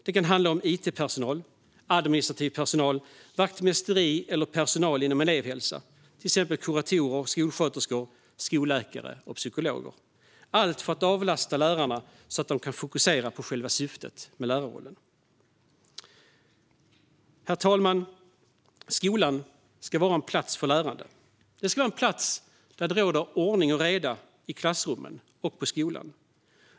Det kan handla om itpersonal, administrativ personal, vaktmästeri eller personal inom elevhälsa, till exempel kuratorer, skolsköterskor, skolläkare och psykologer - allt för att avlasta lärarna, så att de kan fokusera på själva syftet med lärarrollen. Herr talman! Skolan ska vara en plats för lärande. Det ska vara en plats där det råder ordning och reda i klassrummen och på skolan.